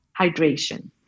hydration